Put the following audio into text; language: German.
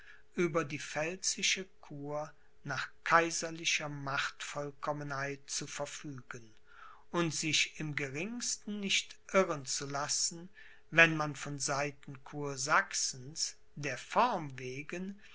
über die pfälzische kur nach kaiserlicher machtvollkommenheit zu verfügen und sich im geringsten nicht irren zu lassen wenn man von seiten kursachsens der form wegen